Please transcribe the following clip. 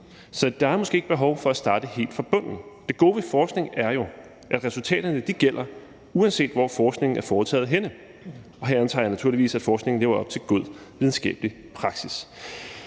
så der er måske ikke behov for at starte helt fra bunden af. Det gode ved forskning er jo, at resultaterne gælder, uanset hvor forskningen er foretaget henne, og her antager jeg naturligvis, at forskningen lever op til god videnskabelig praksis.